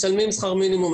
משלמים שכר מינימום,